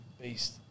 beast